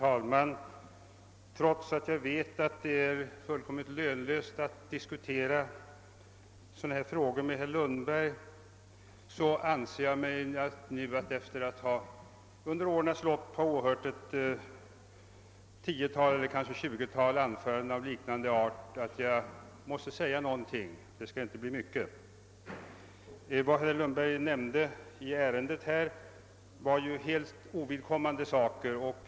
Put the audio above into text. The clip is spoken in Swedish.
Herr talman! Jag vet att det är fullkomligt lönlöst att diskutera sådana här frågor med herr Lundberg. Men efter att under årens lopp ha åbört ett tiotal eller tjugotal anföranden av liknande art anser jag att jag måste säga någonting. Det skall inte bli mycket. Vad herr Lundberg nämnde i ärendet här var helt ovidkommande saker.